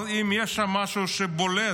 אבל אם יש שם משהו שבולט